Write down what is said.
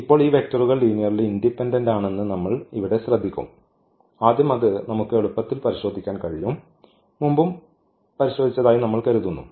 ഇപ്പോൾ ഈ വെക്റ്ററുകൾ ലീനിയർലി ഇൻഡിപെൻഡന്റ് ആണെന്ന് നമ്മൾ ഇവിടെ ശ്രദ്ധിക്കും ആദ്യം അത് നമുക്ക് എളുപ്പത്തിൽ പരിശോധിക്കാൻ കഴിയും മുമ്പും പരിശോധിച്ചതായി നമ്മൾ കരുതുന്നു